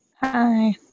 Hi